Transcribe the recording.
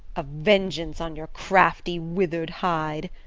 a vengeance on your crafty wither'd hide!